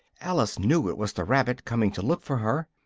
alice knew it was the rabbit coming to look for her,